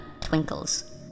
twinkles